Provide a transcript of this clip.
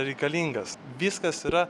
reikalingas viskas yra